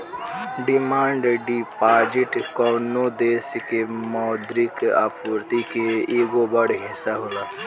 demand deposit कवनो देश के मौद्रिक आपूर्ति के एगो बड़ हिस्सा होला